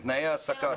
ובתנאי ההעסקה.